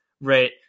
right